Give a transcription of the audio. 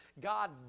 God